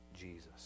Jesus